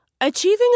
Achieving